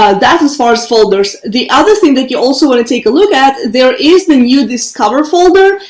ah that's as far as folders. the other thing that you also want to take a look at there is the new discover folder.